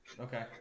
Okay